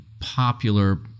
popular